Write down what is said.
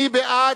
מי בעד?